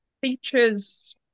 features